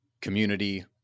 community